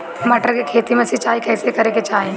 मटर के खेती मे सिचाई कइसे करे के चाही?